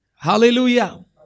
Hallelujah